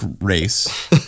race